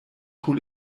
hol